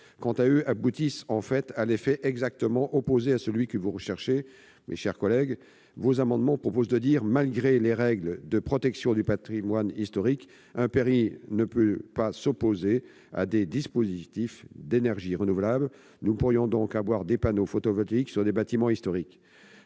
rectifié aboutirait, en fait, à l'effet exactement opposé à celui qui est recherché. Ces amendements reviennent à dire que, malgré les règles de protection du patrimoine historique, un permis ne peut pas s'opposer à des dispositifs d'énergie renouvelable. Nous pourrions donc avoir des panneaux photovoltaïques sur des bâtiments historiques.